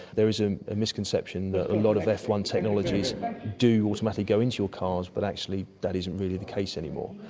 there is ah a misconception that a lot of f one technologies do automatically go into your cars but actually that isn't really the case anymore.